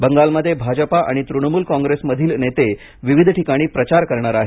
बंगालमध्ये भाजपा आणि तृणमूल कॉंग्रेस मधील नेते विविध ठिकाणी प्रचार करणार आहेत